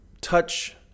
touch